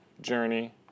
journey